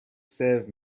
سرو